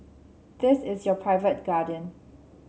this is your private garden